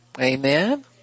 Amen